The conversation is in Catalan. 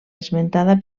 esmentada